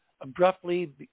abruptly